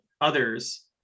others